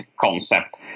concept